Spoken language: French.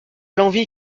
l’envie